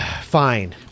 Fine